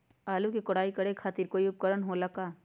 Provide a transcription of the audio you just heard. आलू के कोराई करे खातिर कोई उपकरण हो खेला का?